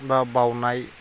बा बाउनाय